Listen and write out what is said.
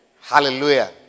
Hallelujah